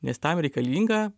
nes tam reikalinga